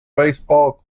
basketball